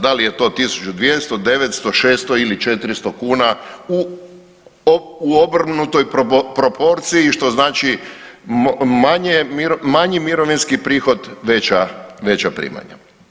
Da li je to 1.200, 900, 600 ili 400 kuna u obrnutoj proporciji što znači manji mirovinski prihod, veća primanja.